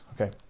okay